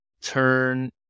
turn